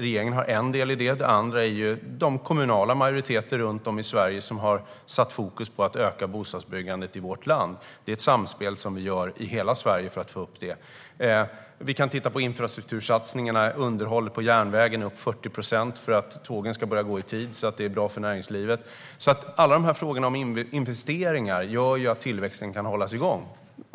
Regeringen har en del i detta. Den andra delen är kommunala majoriteter runt om i Sverige som har satt fokus på att öka bostadsbyggandet i vårt land. Det är ett samspel som sker i hela Sverige för att öka bostadsbyggandet. Vi kan titta på infrastruktursatsningarna. Underhållet av järnvägen har gått upp med 40 procent för att tågen ska börja gå i tid, vilket är bra för näringslivet. Alla investeringar gör att tillväxten kan hållas igång.